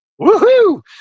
Woohoo